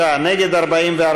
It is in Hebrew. בעד, 33, נגד, 44,